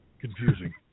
confusing